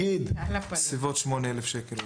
בסביבות 8,000 שקלים אולי.